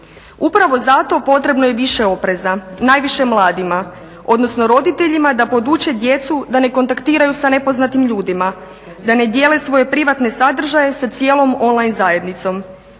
Upravo zato potrebno je više opreza, najviše mladima odnosno roditeljima da poduče djecu da ne kontaktiraju sa nepoznatim ljudima, da ne dijele svoje privatne sadržaje sa cijelom online zajednicom.